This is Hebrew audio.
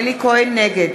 נגד